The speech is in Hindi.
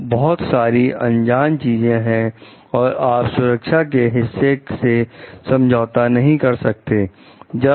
तो बहुत सारी अनजान चीजें हैं और आप सुरक्षा के हिस्से से समझौता नहीं कर सकते हैं